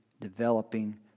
developing